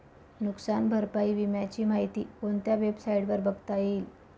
नुकसान भरपाई विम्याची माहिती कोणत्या वेबसाईटवर बघता येईल?